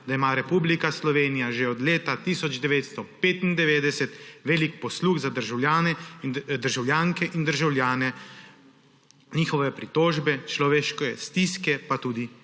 da ima Republika Slovenija že od leta 1995 velik posluh za državljanke in državljane, njihove pritožbe, človeške stiske pa tudi